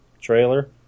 trailer